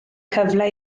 cyfle